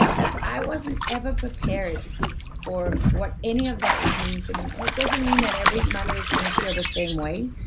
i wasn't ever prepared for what any of that would mean to me and it doesn't mean that every mother is gonna feel the same way,